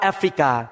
Africa